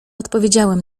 odpowiedziałem